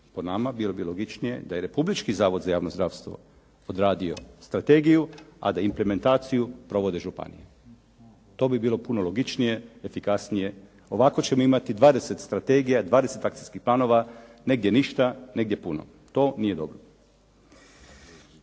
Po nama bilo bi logičnije da je republički zavod za javno zdravstvo odradio strategiju, a da implementaciju provode županije. To bi bilo puno logičnije, efikasnije. Ovako ćemo imati dvadeset strategija, dvadeset akcijskih planova, negdje ništa, negdje puno. To nije dobro.